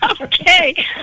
Okay